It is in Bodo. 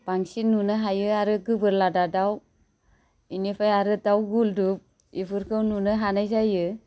बांसिन नुनो हायो आरो गोबोरलादा दाउ बेनिफ्राय आरो दाउ गुलदुब बेफोरखौ नुनो हानाय जायो